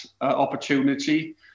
opportunity